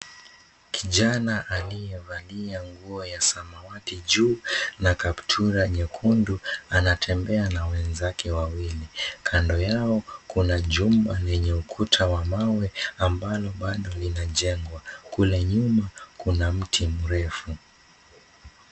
Kijana aliyevalia nguo ya samawati juu na kaptura nyekundu anatembea na wenzake wawili. Kando yao kuna jumba lenye ukuta wa mawe ambalo bado linajengwa. Kule nyuma kuna mti mrefu.